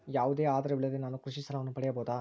ಯಾವುದೇ ಆಧಾರವಿಲ್ಲದೆ ನಾನು ಕೃಷಿ ಸಾಲವನ್ನು ಪಡೆಯಬಹುದಾ?